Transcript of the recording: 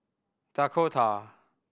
Dakota